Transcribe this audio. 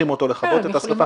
מכריחים אותו לכבות את השריפה.